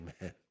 amen